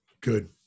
Good